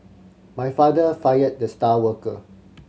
my father fired the star worker